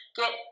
get